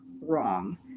wrong